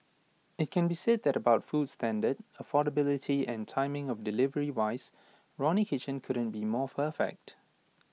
IT can be said that about food standard affordability and timing of delivery wise Ronnie kitchen couldn't be more perfect